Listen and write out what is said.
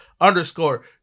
underscore